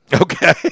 Okay